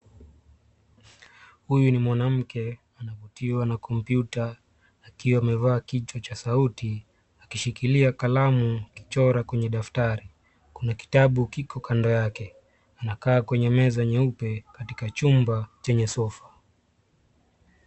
Huyu ni mwanamke anavutiwa na kompyuta akiwa amevaa kichwa cha sauti akishikilia kalamu kuchora kwenye daftari. Kuna kitabu kiko kando yake. Anakaa kwenye meza nyeupe katika chumba chenye sofa.